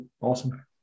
Awesome